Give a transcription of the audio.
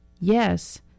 Yes